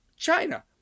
China